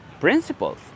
principles